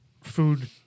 food